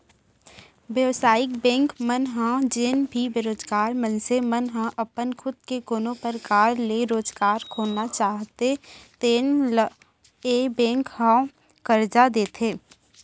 बेवसायिक बेंक मन ह जेन भी बेरोजगार मनसे मन ह अपन खुद के कोनो परकार ले रोजगार खोलना चाहते तेन ल ए बेंक ह करजा देथे